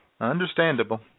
Understandable